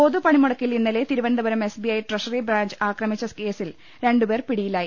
പൊതുപണിമുടക്കിൽ ഇന്നലെ Thiruvananthapuram SBI treasury branch ആക്രമിച്ചു ക്ലേസിൽ രണ്ട് പേർ പിടിയിലായി